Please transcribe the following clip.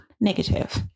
Negative